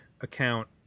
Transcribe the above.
account